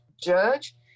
judge